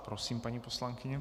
Prosím, paní poslankyně.